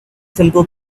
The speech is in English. simple